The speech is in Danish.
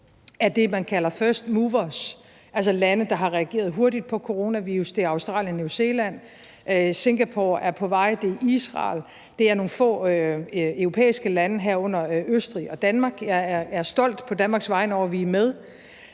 af det, man kalder first movers, altså lande, der har reageret hurtigt på coronavirus. Det er Australien, New Zealand, Singapore er på vej, det er Israel, det er nogle få europæiske lande, herunder Østrig og Danmark. Jeg er stolt på Danmarks vegne over, at vi er med